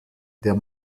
der